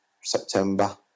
September